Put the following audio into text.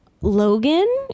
Logan